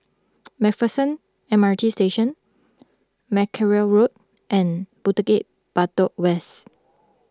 MacPherson M R T Station Mackerrow Road and Bukit Batok West